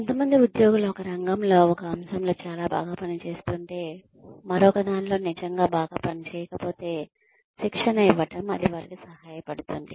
కొంతమంది ఉద్యోగులు ఒక రంగంలో ఒక అంశంలో చాలా బాగా పనిచేస్తుంటే మరొక దానిలో నిజంగా బాగా పని చేయకపోతే శిక్షణ ఇవ్వటం అది వారికి సహాయపడుతుంది